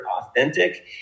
authentic